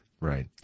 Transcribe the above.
Right